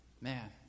Man